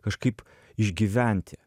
kažkaip išgyventi